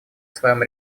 своем